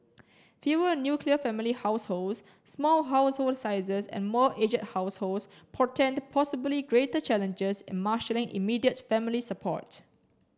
fewer nuclear family households small household sizes and more aged households portend possibly greater challenges in marshalling immediate family support